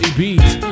beats